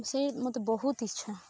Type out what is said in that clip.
ସେ ମତେ ବହୁତ ଇଚ୍ଛା